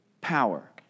power